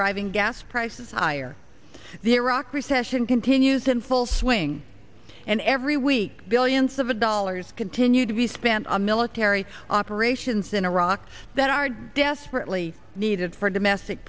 driving gas prices higher the iraq recession continues in full swing and every week billions of dollars continue to be spent on military operations in iraq that are desperately needed for domestic